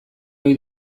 ohi